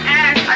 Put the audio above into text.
ass